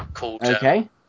Okay